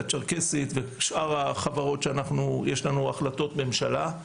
הצ'רקסית ושאר החברות שיש לנו החלטות ממשלה לגביהן,